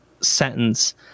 sentence